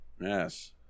Yes